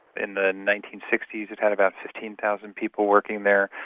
in the nineteen sixty s it had about fifteen thousand people working there.